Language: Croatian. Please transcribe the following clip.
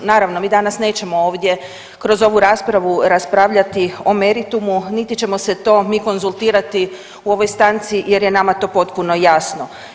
Naravno, mi danas nećemo ovdje kroz ovu raspravu raspravljati o meritumu, niti ćemo se to mi konzultirati u ovoj stanci jer je nama to potpuno jasno.